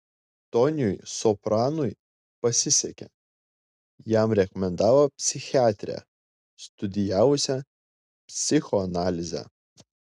toniui sopranui pasisekė jam rekomendavo psichiatrę studijavusią psichoanalizę